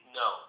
no